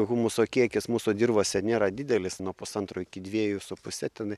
humuso kiekis mūsų dirvose nėra didelis nuo pusantro iki dviejų su puse ten